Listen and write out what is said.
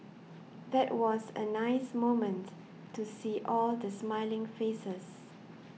that was a nice moment to see all the smiling faces